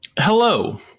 Hello